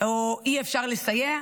או שאי-אפשר לסייע,